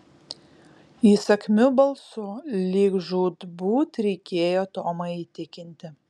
įsakmiu balsu lyg žūtbūt reikėjo tomą įtikinti